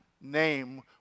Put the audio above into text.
name